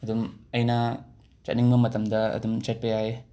ꯑꯗꯨꯝ ꯑꯩꯅ ꯆꯠꯅꯤꯡꯕ ꯃꯇꯝꯗ ꯑꯗꯨꯝ ꯆꯠꯄ ꯌꯥꯏ